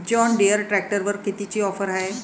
John Deere ट्रॅक्टरवर कितीची offer हाये?